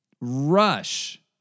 rush